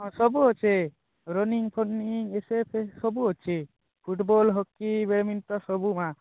ସବୁ ଅଛେ ରନିଙ୍ଗ୍ଫନିଙ୍ଗ୍ ସବୁ ଅଛି ଫୁଟବଲ୍ ହକି ବ୍ୟାଡ଼ମିଣ୍ଟନ୍ ସବୁ ମା